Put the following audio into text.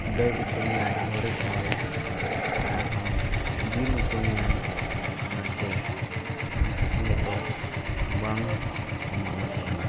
ᱫᱟᱹᱲ ᱦᱚᱪᱚ ᱢᱮᱭᱟᱭ ᱵᱷᱳᱨᱮ ᱠᱷᱚᱡ ᱟᱨᱦᱚᱸ ᱦᱚᱪᱚ ᱢᱮᱭᱟᱭ ᱚᱱᱟᱛᱮ ᱩᱱᱠᱩ ᱥᱚᱸᱜᱮ ᱫᱚ ᱵᱟᱝ ᱥᱚᱢᱟᱱᱚᱜ ᱠᱟᱱᱟ